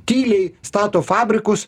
tyliai stato fabrikus